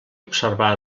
observar